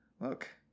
Look